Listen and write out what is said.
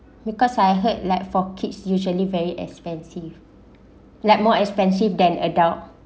because I heard like for kids usually very expensive let more expensive than adult